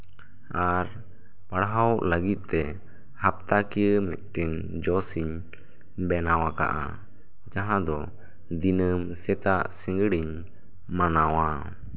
ᱟᱨ ᱯᱟᱲᱦᱟᱣ ᱞᱟᱹᱜᱤᱫᱛᱮ ᱦᱟᱯᱛᱟᱠᱤᱭᱟᱹ ᱢᱤᱫᱴᱮᱱ ᱡᱚᱥ ᱤᱧ ᱵᱮᱱᱟᱣ ᱟᱠᱟᱜᱼᱟ ᱡᱟᱦᱟᱸ ᱫᱚ ᱫᱤᱱᱟᱹᱢ ᱥᱮᱛᱟᱜ ᱥᱤᱸᱜᱟᱹᱲ ᱤᱧ ᱢᱟᱱᱟᱣᱟ